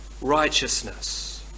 righteousness